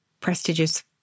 prestigious